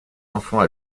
enfants